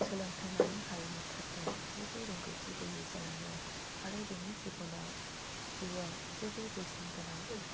सोलोंथाय लानो हायैनि थाखाय जेबो रोंगौथि गैयै जालाङो आरो बिनि जिबनाव जिउआव जेबो बेसेन गोनां